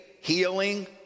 healing